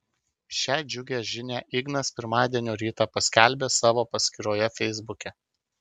šią džiugią žinią ignas pirmadienio rytą paskelbė savo paskyroje feisbuke